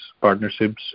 partnerships